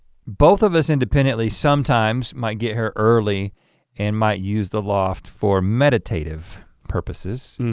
both of us independently sometimes might get here early and might use the loft for meditative purposes.